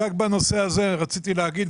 רק בנושא הזה רציתי להגיד,